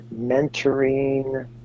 mentoring